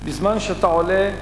בזמן שאתה עולה,